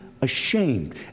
ashamed